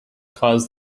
cause